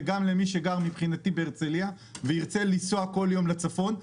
גם למי שגר בהרצלייה ומוכן ליסוע כל יום לצפון.